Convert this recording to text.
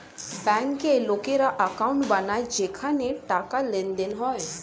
ব্যাংকে লোকেরা অ্যাকাউন্ট বানায় যেখানে টাকার লেনদেন হয়